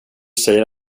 säger